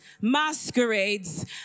masquerades